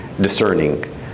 discerning